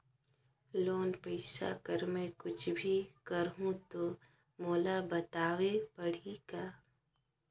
Loan पइसा कर मै कुछ भी करहु तो मोला बताव पड़ही का?